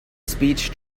speech